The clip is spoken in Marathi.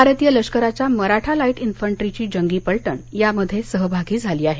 भारतीय लष्कराच्या मराठा लाईट इंफंट्रीची जंगी पलटण यामध्ये सहभागी झाली आहे